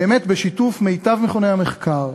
באמת בשיתוף מיטב מכוני המחקר